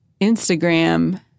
Instagram